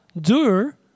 doer